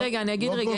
לא מובן.